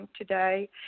today